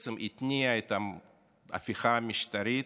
ובעצם התניעה את ההפיכה המשטרית,